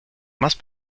más